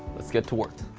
let's get to work.